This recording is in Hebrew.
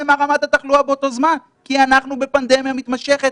מה רמת התחלואה באותו זמן כי אנחנו בפנדמיה מתמשכת.